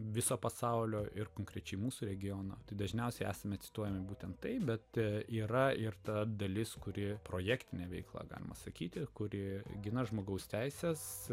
viso pasaulio ir konkrečiai mūsų regiono dažniausiai esame cituojami būtent taip bet yra ir ta dalis kurie projektinę veiklą galima sakyti kurie gina žmogaus teises